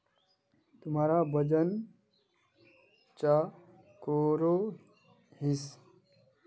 तुमरा वजन चाँ करोहिस?